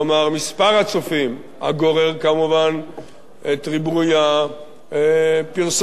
כלומר מספר הצופים, הגורר כמובן את ריבוי הפרסומת